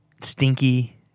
stinky